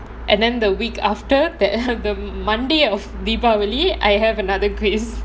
and then the week after that the monday of deepavali I have another quiz